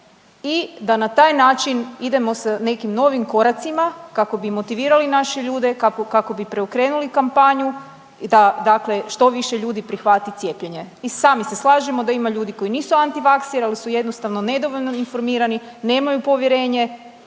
i da na taj način idemo sa nekim novim koracima kako bi motivirali naše ljude, kako bi preokrenuli kampanju da dakle što više ljudi prihvati cijepljenje. I sami se slažemo da ima ljudi koji nisu antivakseri ali su jednostavno nedovoljno informirani, nemaju povjerenje,